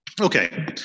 Okay